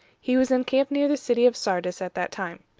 he was encamped near the city of sardis at that time.